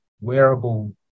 wearable